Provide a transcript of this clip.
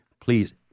please